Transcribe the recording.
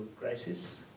crisis